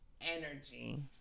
energy